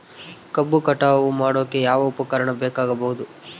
ಕಬ್ಬು ಕಟಾವು ಮಾಡೋಕೆ ಯಾವ ಉಪಕರಣ ಬೇಕಾಗಬಹುದು?